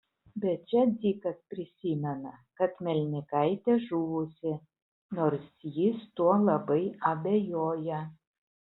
bet čia dzikas prisimena kad melnikaitė žuvusi nors jis tuo labai abejoja